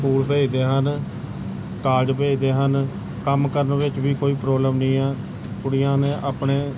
school ਭੇਜਦੇ ਹਨ college ਭੇਜਦੇ ਹਨ ਕੰਮ ਕਰਨ ਵਿੱਚ ਵੀ ਕੋਈ ਪ੍ਰੋਬਲਮ ਨਹੀਂ ਆ ਕੁੜੀਆਂ ਨੇ ਆਪਣੇ